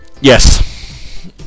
Yes